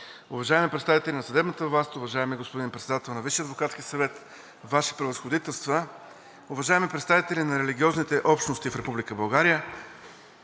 уважаеми представители на съдебната власт, уважаеми господин Председател на Висшия адвокатски съвет, Ваши Превъзходителства, уважаеми представители на религиозните общности в Република България,